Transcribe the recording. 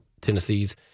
Tennessee's